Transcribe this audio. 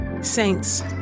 Saints